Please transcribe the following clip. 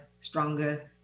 stronger